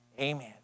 amen